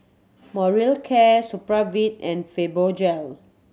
Molicare Supravit and Fibogel